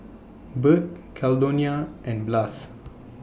Burt Caldonia and Blas